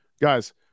guys